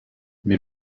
mais